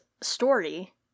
story